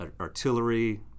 artillery